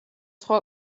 სხვა